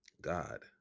God